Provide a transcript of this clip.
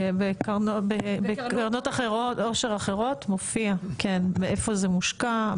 בקרנות עושר אחרות זה מופיע איפה זה מושקע,